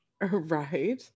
right